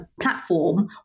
platform